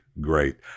great